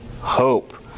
hope